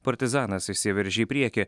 partizanas išsiveržė į priekį